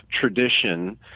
tradition